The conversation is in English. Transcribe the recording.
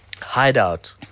hideout